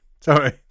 Sorry